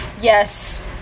Yes